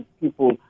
people